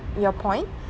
your point